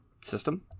system